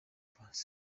paccy